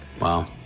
Wow